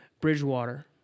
Bridgewater